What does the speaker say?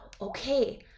okay